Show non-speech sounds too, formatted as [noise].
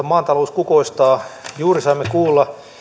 [unintelligible] maatalous kukoistaa juuri saimme kuulla